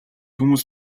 хүмүүс